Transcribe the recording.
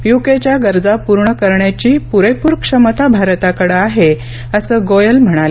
UK च्या गरजा पूर्ण करण्याची पुरेपूर क्षमता भारताकडे आहे असं गोयल म्हणाले